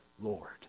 Lord